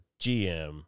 GM